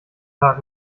tag